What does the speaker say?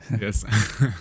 Yes